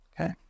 Okay